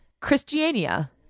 Christiania